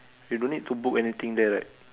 you don't need to book anything there right